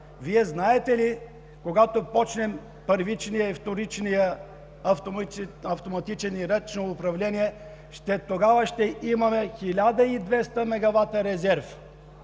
Вие знаете ли, че когато започнем първичния и вторичния автоматичен режим и ръчно управление, тогава ще имаме 1200 мегавата резерв.